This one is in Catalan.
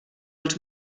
els